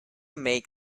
make